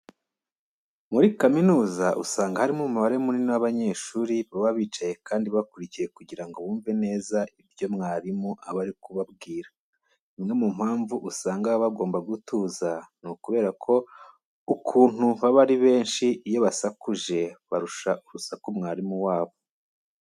Muri kaminuza usanga harimo umubare munini w'abanyeshuri baba bicaye kandi bakurikiye kugira ngo bumve neza ibyo mwarimu aba ari kubabwira. Imwe mu mpamvu usanga baba bagomba gutuza, ni ukubera ko ukuntu baba ari benshi, iyo basakuje barusha urusaku mwarimu wabo.